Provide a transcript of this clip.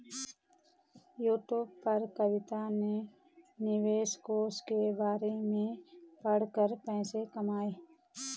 YouTube पर कविता ने निवेश कोष के बारे में पढ़ा कर पैसे कमाए